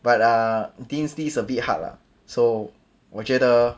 but uh dean's list a bit hard lah so 我觉得